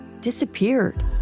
disappeared